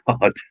God